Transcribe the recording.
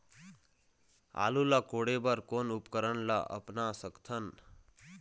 आलू ला कोड़े बर कोन उपकरण ला अपना सकथन?